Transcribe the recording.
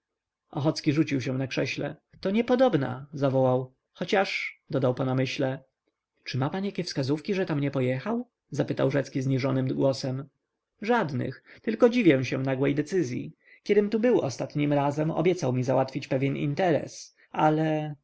ameryki ochocki rzucił się na krześle to niepodobna zawołał chociaż dodał po namyśle czy ma pan jakie wskazówki że tam nie pojechał zapytał rzecki zniżonym głosem żadnych tylko dziwię się nagłej decyzyi kiedym tu był ostatnim razem obiecał mi załatwić pewien interes ale